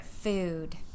food